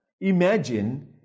Imagine